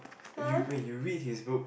you wait you read his book